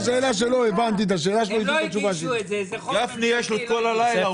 הם לא הגישו את זה --- לגפני יש את כל הלילה,